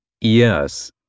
Yes